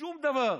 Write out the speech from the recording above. שום דבר.